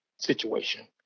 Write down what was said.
situation